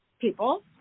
people